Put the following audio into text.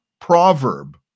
proverb